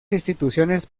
instituciones